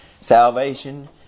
Salvation